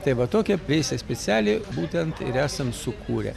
tai va tokią veislę specialią būtent ir esam sukūrę